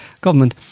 government